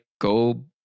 go